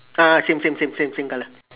ah same same same same same colour